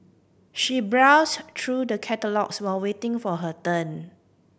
she browsed through the catalogues while waiting for her turn